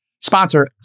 sponsor